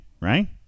right